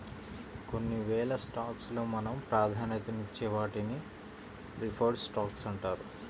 కొన్ని వేల స్టాక్స్ లో మనం ప్రాధాన్యతనిచ్చే వాటిని ప్రిఫర్డ్ స్టాక్స్ అంటారు